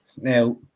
Now